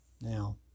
Now